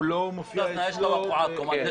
הוא לא מופיע כמי שגר בנצרת.